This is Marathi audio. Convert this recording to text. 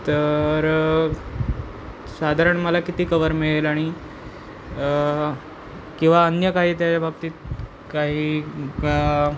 तर साधारण मला किती कवर मिळेल आणि किंवा अन्य काही त्याच्या बाबतीत काही